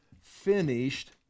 finished